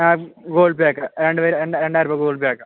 ആ Google Pay അയക്കാം രണ്ട് പേര് രണ്ടായിരം രൂപ ഗുഗിൾ പേ അയക്കാം